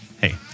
Hey